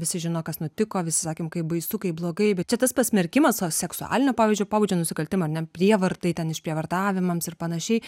visi žino kas nutiko visi sakėm kaip baisu kaip blogai bet čia tas pasmerkimas seksualinio pavyzdžiui pobūdžio nusikaltimą ar ne prievartai ten išprievartavimams ir panašiai